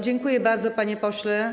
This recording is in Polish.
Dziękuję bardzo, panie pośle.